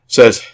says